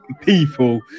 people